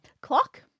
Clock